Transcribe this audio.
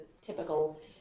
typical